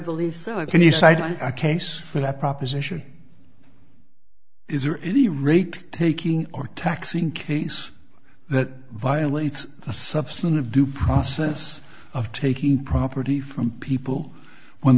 believe so i can you cite i case for that proposition is there any rate taking or taxing case that violates a substantive due process of taking property from people when